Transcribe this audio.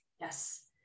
Yes